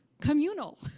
communal